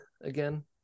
again